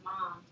mom